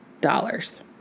dollars